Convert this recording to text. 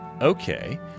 Okay